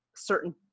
certain